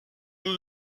les